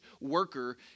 worker